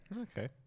Okay